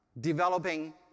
developing